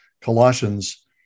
Colossians